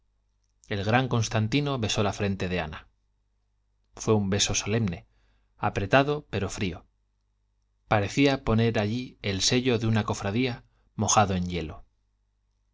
el gran constantino besó la frente de ana fue un beso solemne apretado pero frío parecía poner allí el sello de una cofradía mojado en hielo